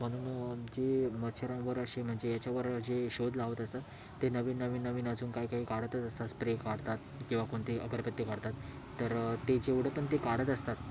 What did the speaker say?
म्हणून जे मच्छरांवर अशी म्हणजे याच्यावर जे शोध लावत असतात ते नवीन नवीन नवीन अजून काय काय काढतच असतात स्प्रे काढतात किंवा कोणती अगरबत्ती काढतात तर जेवढं पण ते काढत असतात